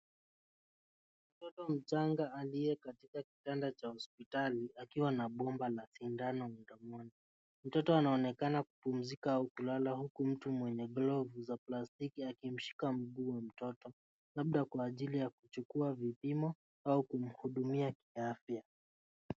Mtoto mchanga aliye katika kitanda cha hospitali akiwa na bomba la sindano mdomoni. Mtoto anaonekana kupumzika au kulala huku mtu mwenye glovu za plastiki akimshika mguu mtoto labda kwa ajili ya kuchukua vipimo au kumhudumia kiafya.